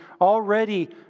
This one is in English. already